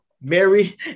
Mary